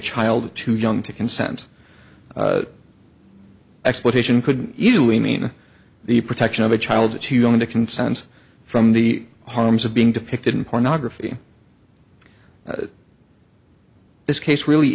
child too young to consent exploitation could easily mean the protection of a child to going to consent from the homes of being depicted in pornography this case really